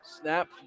snap